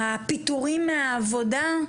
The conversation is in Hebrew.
פיטורים מעבודה,